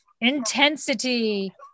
Intensity